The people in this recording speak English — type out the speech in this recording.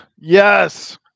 yes